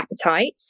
appetite